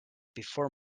before